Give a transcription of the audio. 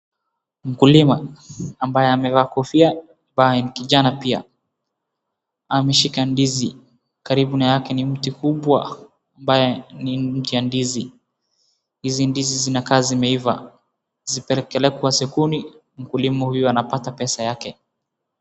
Mkulima ambaye amevaa kofia ambaye ni kijana pia ameshika ndizi, karibu na yake ni mti kubwa ambaye ni mti ya ndizi hizi ndizi zinakaa zimeiva, zikipelekwa sokoni mkulima huyu anapata pesa yake.